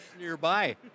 nearby